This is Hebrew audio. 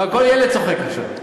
כל ילד צוחק עכשיו.